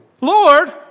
Lord